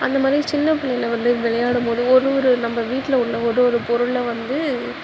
அந்த மாதிரி சின்ன பிள்ளைல வந்து விளையாடும்போது ஒரு ஒரு நம்ம வீட்டில் உள்ள ஒரு ஒரு பொருளில் வந்து